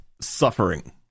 Suffering